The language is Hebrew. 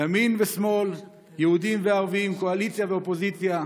ימין ושמאל, יהודים וערבים, קואליציה ואופוזיציה,